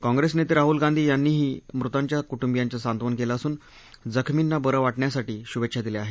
काँग्रेस नेते राहुल गांधी यांनीही मृतांच्या कुटुंबियांचं सांत्वन केलं असून जखमींना बरं वाटण्यासाठी शुभेच्छा दिल्या आहेत